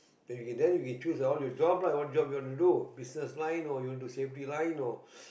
then you can choose all your job lah what job you wanna do business line or you want to safety line or